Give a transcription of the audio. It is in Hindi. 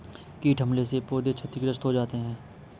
कीट हमले से पौधे क्षतिग्रस्त हो जाते है